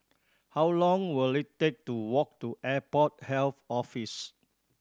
how long will it take to walk to Airport Health Office